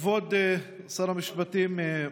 כבוד שר המשפטים,